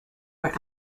were